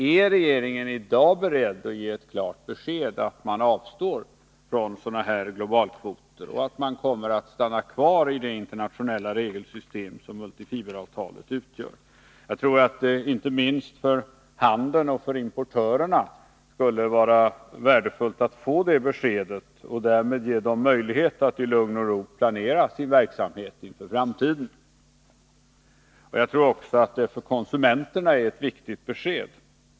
Är regeringen i dag beredd att ge ett klart besked om att man avstår från globalkvoter och kommer att stanna kvar i det internationella regelsystem som multifiberavtalet utgör? Inte minst för handelns importörer tror jag att det skulle vara värdefullt att få det beskedet, så att man därigenom ger dem möjlighet att i lugn och ro planera sin verksamhet inför framtiden. Jag tror också att det för konsumenterna är ett viktigt besked.